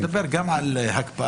אני מדבר גם על הקפאה,